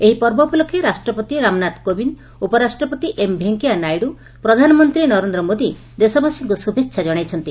ଏହି ପର୍ବ ଉପଲକ୍ଷେ ରାଷ୍ଟ୍ରପତି ରାମନାଥ କୋବିନ୍ଦ ଉପରାଷ୍ଟ୍ରପତି ଏମ୍ ଭେଙିୟା ନାଇଡୁ ପ୍ରଧାନମନ୍ତୀ ନରେନ୍ଦ ମୋଦି ଦେଶବାସୀଙ୍କୁ ଶୁଭେଛା ଜଣାଇଛନ୍ତି